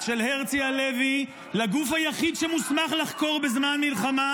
של הרצי הלוי לגוף היחיד שמוסמך לחקור בזמן מלחמה,